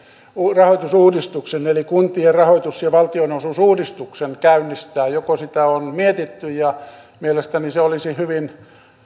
rahoitusuudistuksen eli kuntien rahoitus ja valtionosuusuudistuksen käynnistää joko sitä on mietitty mielestäni olisi hyvin